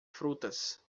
frutas